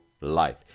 life